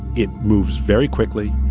it moves very quickly,